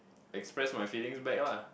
express my feelings back lah